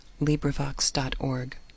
LibriVox.org